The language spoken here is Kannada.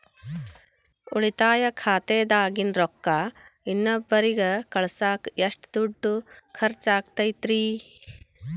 ಉಳಿತಾಯ ಖಾತೆದಾಗಿನ ರೊಕ್ಕ ಇನ್ನೊಬ್ಬರಿಗ ಕಳಸಾಕ್ ಎಷ್ಟ ದುಡ್ಡು ಖರ್ಚ ಆಗ್ತೈತ್ರಿ?